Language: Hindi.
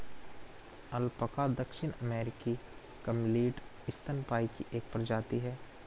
अल्पाका दक्षिण अमेरिकी कैमलिड स्तनपायी की एक प्रजाति है